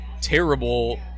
terrible